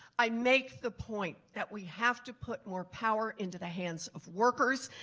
i make the point that we have to put more power into the hands of workers.